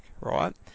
right